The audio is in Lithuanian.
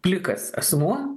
plikas asmuo